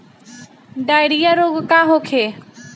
Diarrhoea रोग का होखे?